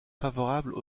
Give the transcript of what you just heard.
favorables